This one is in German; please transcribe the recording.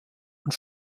und